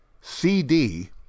CD